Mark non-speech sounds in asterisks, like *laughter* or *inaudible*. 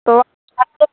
तो *unintelligible*